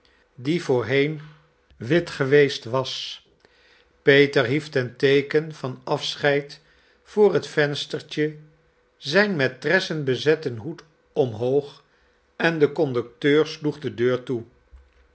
die voorheen wit geweest was peter hief ten teeken van afscheid voor het venstertje zijn met tressen bezetten hoed omhoog en de conducteur sloeg de deur toe